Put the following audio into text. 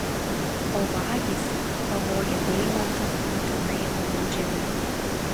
o vagys pavogę deimantą būtinai nubaudžiami